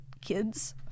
kids